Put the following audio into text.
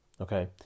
Okay